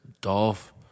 Dolph